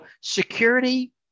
security